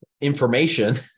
information